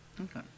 Okay